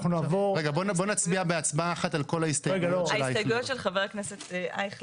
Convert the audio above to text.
אנחנו נעבור --- נצביע בהצבעה אחת על כל ההסתייגויות של אייכלר.